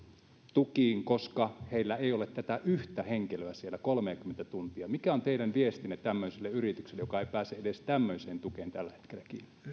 tukiin koska heillä ei ole tätä yhtä henkilöä siellä kolmeakymmentä tuntia mikä on teidän viestinne tämmöiselle yritykselle joka ei pääse edes tämmöiseen tukeen tällä hetkellä